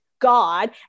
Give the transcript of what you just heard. God